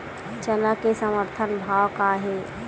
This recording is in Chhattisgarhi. चना के समर्थन भाव का हे?